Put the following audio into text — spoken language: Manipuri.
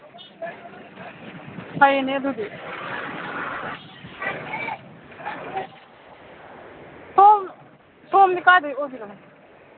ꯐꯩꯅꯦ ꯑꯗꯨꯗꯤ ꯁꯣꯝ ꯁꯣꯝꯗꯤ ꯀꯥꯏꯗꯩ ꯑꯣꯏꯕꯤꯔꯕꯅꯣ